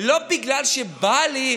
לא ילמדו.